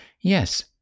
Yes